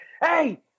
Hey